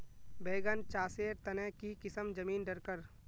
बैगन चासेर तने की किसम जमीन डरकर?